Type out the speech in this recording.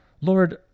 Lord